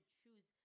choose